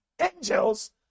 Angels